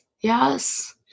yes